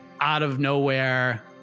out-of-nowhere